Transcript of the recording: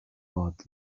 out